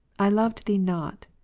i loved thee not.